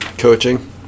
Coaching